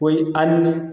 कोई अन्य